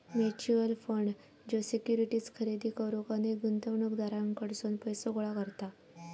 mutual fund ज्यो securities खरेदी करुक अनेक गुंतवणूकदारांकडसून पैसो गोळा करता